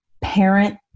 Parent